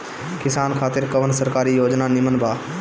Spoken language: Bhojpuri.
किसान खातिर कवन सरकारी योजना नीमन बा?